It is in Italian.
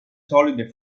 solide